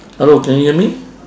hello can you hear me